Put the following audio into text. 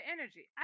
energy